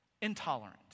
intolerant